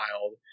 Wild